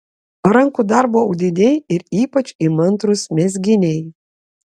rankų darbo audiniai ir ypač įmantrūs mezginiai